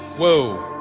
whoa.